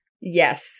Yes